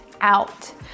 out